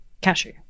Cashew